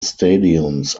stadiums